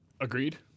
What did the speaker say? Agreed